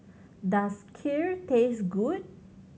does Kheer taste good